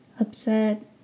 upset